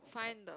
find the